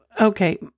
okay